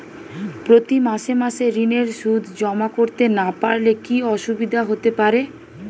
প্রতি মাসে মাসে ঋণের সুদ জমা করতে না পারলে কি অসুবিধা হতে পারে?